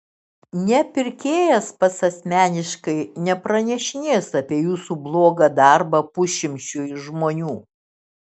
ne pirkėjas pats asmeniškai nepranešinės apie jūsų blogą darbą pusšimčiui žmonių